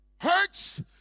hurts